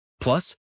Plus